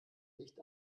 licht